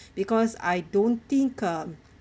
because I don't think mm